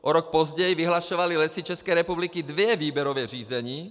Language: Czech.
O rok později vyhlašovaly Lesy České republiky dvě výběrová řízení.